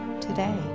today